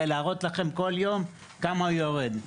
ולהראות לכם כל יום כמה הוא יורד,